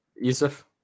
Yusuf